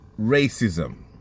racism